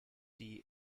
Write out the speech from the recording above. die